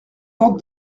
porte